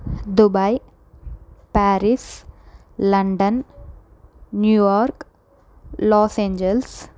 Dubai Paris London New York Los Angeles